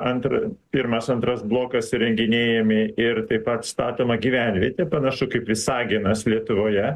antrą pirmas antras blokas įrenginėjami ir taip pat statoma gyvenvietė panašu kaip visaginas lietuvoje